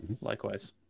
likewise